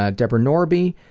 ah debra norbee,